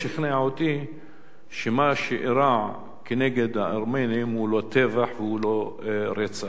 שמה שאירע כנגד הארמנים הוא לא טבח והוא לא רצח עם.